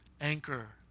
Anchor